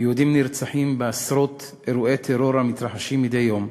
ויהודים נרצחים בעשרות אירועי טרור המתרחשים מדי יום,